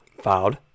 filed